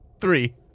Three